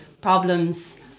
problems